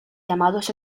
llamados